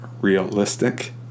realistic